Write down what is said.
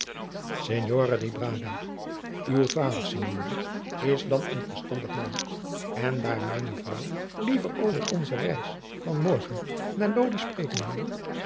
braga uw vader signore is dan een verstandig man en daar mijne vrouw liever over onze reis van morgen naar lodi spreken wil